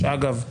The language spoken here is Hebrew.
שאגב,